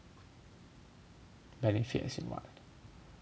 benefit as in what